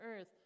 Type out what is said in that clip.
earth